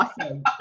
awesome